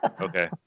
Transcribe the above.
Okay